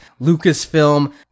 Lucasfilm